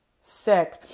Sick